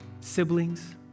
siblings